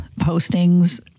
postings